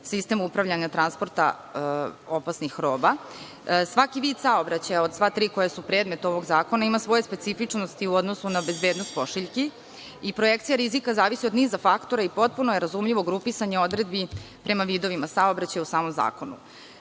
sistem upravljanja transporta opasnih roba. Svaki vid saobraćaja, od sva tri koja su predmet ovog zakona, ima svoje specifičnosti u odnosu na bezbednost pošiljki i projekcija rizika zavisi od niza faktora i potpuno je razumljivo grupisanje odredbi prema vidovima saobraćaja u samom zakonu.